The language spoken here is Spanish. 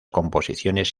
composiciones